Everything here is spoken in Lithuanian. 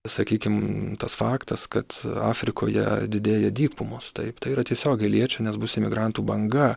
sakykim tas faktas kad afrikoje didėja dykumos taip tai yra tiesiogiai liečia nes bus emigrantų banga